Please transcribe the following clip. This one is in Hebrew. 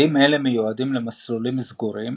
כלים אלו מיועדים למסלולים סגורים,